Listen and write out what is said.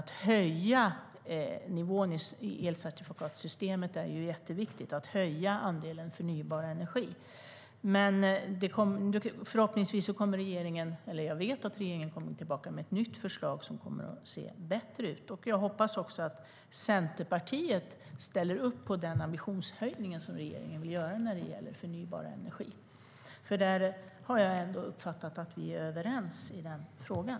Att höja nivån i elcertifikatssystemet är jätteviktigt, liksom att öka andelen förnybar energi. Jag vet att regeringen kommer tillbaka med ett nytt förslag som kommer att se bättre ut. Jag hoppas också att Centerpartiet ställer upp på den ambitionshöjning som vi vill göra när det gäller förnybar energi. Jag har ändå uppfattat att vi är överens i den frågan.